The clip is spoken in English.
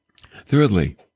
Thirdly